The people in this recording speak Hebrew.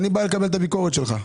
אין לי בעיה לקבל את הביקורת שלך.